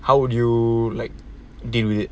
how would you like deal with it